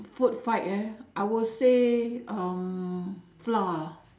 food fight ah I would say um flour